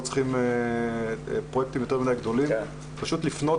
לא צריך פרויקטים יותר מדי גדולים אלא פשוט לפנות